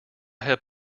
have